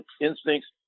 instincts